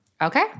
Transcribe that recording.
Okay